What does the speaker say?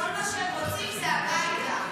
כל מה שהם רוצים זה הביתה.